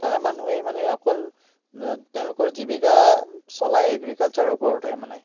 তাৰ মানুহেই মানে অকল তেওঁলোকৰ জীৱিকা চলাই এগ্ৰিকালচাৰৰ ওপৰতেই মানে